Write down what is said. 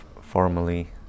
formally